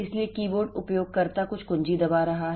इसलिए कीबोर्ड उपयोगकर्ता कुछ कुंजी दबा रहा है